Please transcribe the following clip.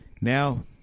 Now